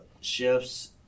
shifts